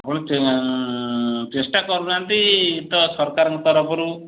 ପୁଣି ଚେଷ୍ଟା କରୁନାହାନ୍ତି ତ ସରକାରଙ୍କ ତରଫରୁ